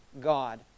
God